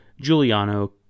Giuliano